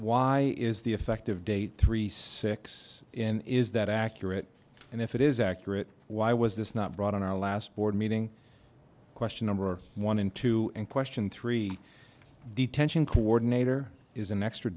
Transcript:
why is the effective date three six in is that accurate and if it is accurate why was this not brought on our last board meeting question number one in two and question three detention coordinator is an extra